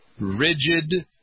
rigid